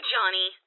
Johnny